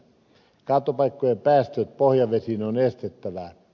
kaatopaikkojen päästöt pohjavesiin on estettävä